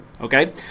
okay